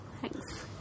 Thanks